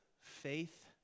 Faith